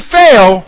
fail